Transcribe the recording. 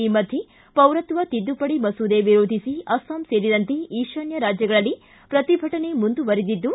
ಈ ಮಧ್ಯೆ ಪೌರತ್ವ ತಿದ್ದುಪಡಿ ಮಸೂದೆ ವಿರೋಧಿಸಿ ಅಸ್ಲಾಂ ಸೇರಿದಂತೆ ಈಶಾನ್ಯ ರಾಜ್ಯಗಳಲ್ಲಿ ಪ್ರತಿಭಟನೆ ಮುಂದುವರಿದಿದ್ದು